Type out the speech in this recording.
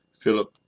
Philip